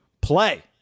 Play